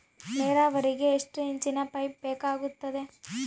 ನೇರಾವರಿಗೆ ಎಷ್ಟು ಇಂಚಿನ ಪೈಪ್ ಬೇಕಾಗುತ್ತದೆ?